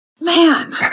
Man